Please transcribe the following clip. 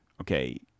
okay